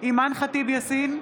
אימאן ח'טיב יאסין,